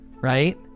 right